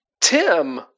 Tim